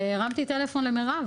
והרמתי טלפון למירב,